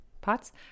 pots